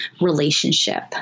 relationship